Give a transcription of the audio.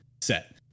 set